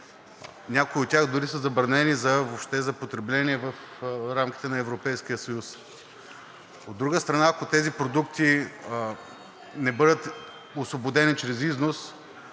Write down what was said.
Някои от тях дори са забранени въобще за потребление в рамките на Европейския съюз. От друга страна, ако тези продукти не бъдат освободени чрез износ,